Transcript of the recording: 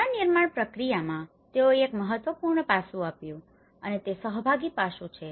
પુનર્નિર્માણ પ્રક્રિયામાં તેઓએ એક મહત્વપૂર્ણ પાસુ આપ્યુ છે અને તે સહભાગી પાસુ છે